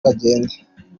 agende